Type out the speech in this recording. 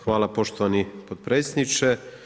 Hvala poštovani potpredsjedniče.